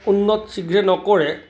উন্নত শীঘ্ৰেই নকৰে